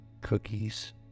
cookies